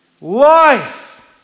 life